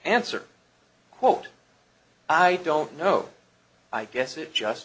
answer quote i don't know i guess it just